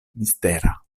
mistera